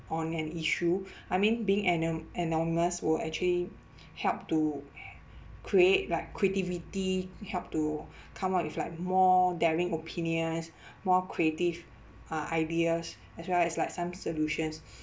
on an issue I mean being ano~ anonymous will actually help to create like creativity help to come up with like more daring opinions more creative uh ideas as well as like some solutions